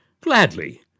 Gladly